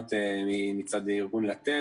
הטענות מצד ארגון "לתת"